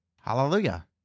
Hallelujah